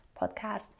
podcast